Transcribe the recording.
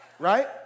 Right